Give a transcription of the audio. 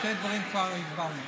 שני דברים כבר הגבלנו.